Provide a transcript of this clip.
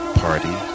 party